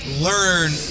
learn